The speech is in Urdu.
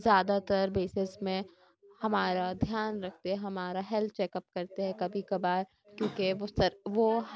زیادہ تر بیسس میں ہمارا دھیان رکھتے ہمارا ہیلتھ چیک اپ کرتے ہیں کبھی کبھار کیوں کہ وہ